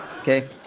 Okay